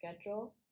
schedule